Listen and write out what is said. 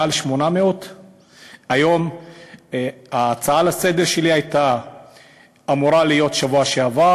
מעל 800. ההצעה לסדר-היום שלי הייתה אמורה להיות בשבוע שעבר.